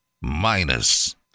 minus